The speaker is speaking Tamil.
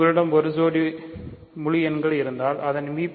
உங்களிடம் ஒரு ஜோடி முழு எண் இருந்தால் அதன் மீ